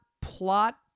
plot